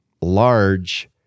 large